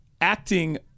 acting